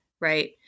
right